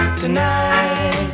tonight